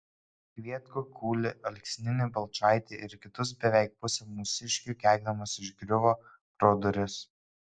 kvietkų kulį alksninį balčaitį ir kitus beveik pusę mūsiškių keikdamas išgriuvo pro duris